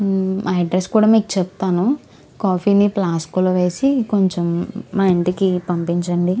మా అడ్రస్ కూడా మీకు చెప్తాను కాఫీని ఫ్లాస్క్లో వేసి కొంచెం మా ఇంటికి పంపించండి